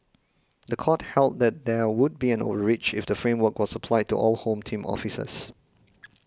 the court held that there would be an overreach if the framework was applied to all Home Team officers